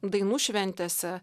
dainų šventėse